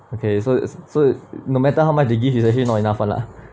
okay so is so no matter how much they give is actually not enough [one] lah